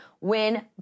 win